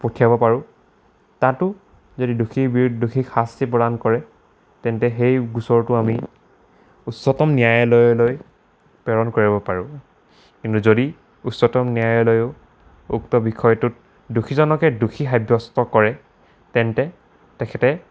পঠিয়াব পাৰোঁ তাতো যদি দোষীৰ বিৰুদ্ধে দোষীক শাস্তি প্ৰদান কৰে তেন্তে সেই গোচৰটো আমি উচ্চতম ন্যায়ালয়লৈ প্ৰেৰণ কৰিব পাৰোঁ কিন্তু যদি উচ্চতম ন্যায়ালয়ো উক্ত বিষয়টোত দোষিজনকে দোষী সাব্যস্ত কৰে তেন্তে তেখেতে